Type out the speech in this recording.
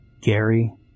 Gary